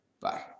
bye